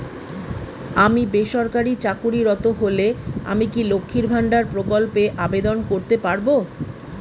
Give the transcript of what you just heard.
আমি বেসরকারি চাকরিরত হলে আমি কি লক্ষীর ভান্ডার প্রকল্পে আবেদন করতে পারব?